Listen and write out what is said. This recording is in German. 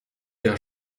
der